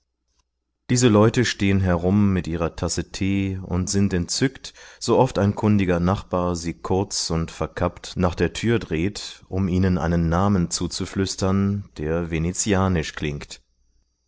diese leute stehen herum mit ihrer tasse tee und sind entzückt sooft ein kundiger nachbar sie kurz und verkappt nach der tür dreht um ihnen einen namen zuzuflüstern der venezianisch klingt